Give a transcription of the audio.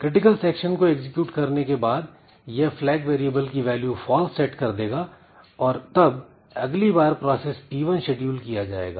critical section को execute करने के बाद यह flag वेरिएबल की वैल्यू false सेट कर देगा और तब अगली बार प्रोसेस P1 शेडूल किया जाएगा